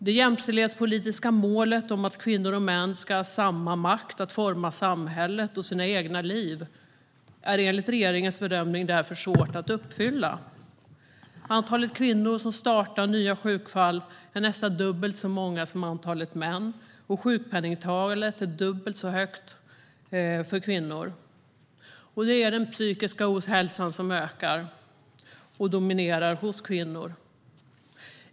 Det jämställdhetspolitiska målet om att kvinnor och män ska ha samma makt att forma samhället och sina egna liv är enligt regeringens bedömning därför svårt att nå. Antalet kvinnor som startar nya sjukfall är nästan dubbelt så stort som antalet män som gör det. Och sjukpenningtalet är dubbelt så högt för kvinnor. Det är den psykiska ohälsan som ökar och dominerar hos kvinnor.